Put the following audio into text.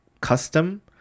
custom